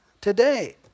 today